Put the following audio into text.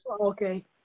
Okay